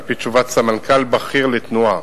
על-פי תשובת סמנכ"ל בכיר לתנועה